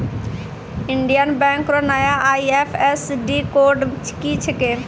Indian Bank रो नया IFSC code की छिकै